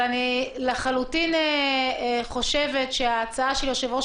אבל אני לחלוטין חושבת שההצעה של יושב-ראש